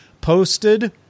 posted